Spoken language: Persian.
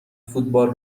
فوتبال